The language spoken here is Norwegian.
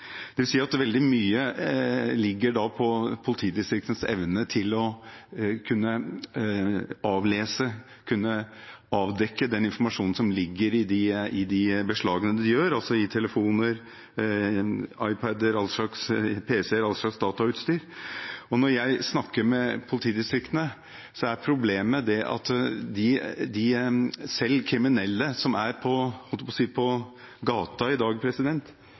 si at veldig mye ligger på politidistriktenes evne til å kunne avlese og avdekke den informasjonen som ligger i de beslagene de gjør, altså i telefoner, iPad-er, alle slags PC-er og all slags datautstyr. Når jeg snakker med politidistriktene, er problemet at selv kriminelle som, jeg holdt på å si, er på gata i dag,